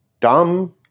dumb